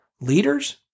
Leaders